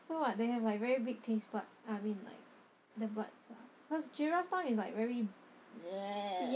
so what they have like very big taste bud I mean like the buds ah cause giraffe tongue is like very